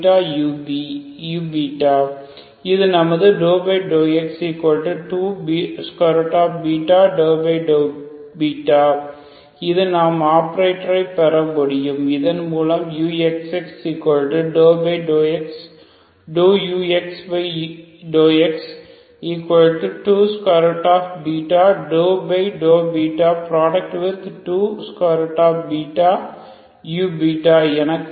0u2x2u இது நமது ∂x2∂β இது நாம் ஆபரேட்டரைப் பெற முடியும் இதன் மூலம் uxx∂xux∂x2∂β2uஎன கிடைக்கும்